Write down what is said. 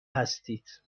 هستید